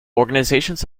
organizations